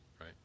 Right